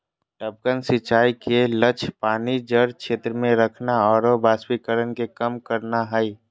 टपकन सिंचाई के लक्ष्य पानी जड़ क्षेत्र में रखना आरो वाष्पीकरण के कम करना हइ